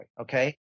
okay